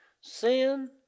Sin